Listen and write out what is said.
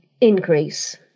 increase